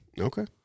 Okay